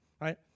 right